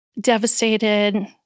devastated